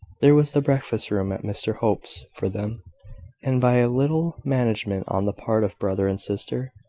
there was the breakfast-room at mr hope's for them and, by a little management on the part of brother and sister,